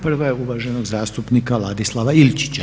Prva je uvaženog zastupnika Ladislava Ilčića.